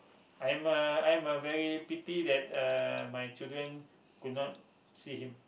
I'm a I'm a very pity that uh my children could not see him